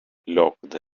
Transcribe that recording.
locked